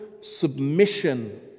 submission